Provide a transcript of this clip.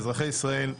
אזרחי ישראל,